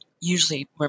usually